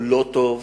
הוא לא טוב,